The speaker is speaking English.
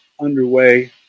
underway